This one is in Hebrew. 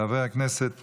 חבר הכנסת